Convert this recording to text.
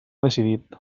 decidit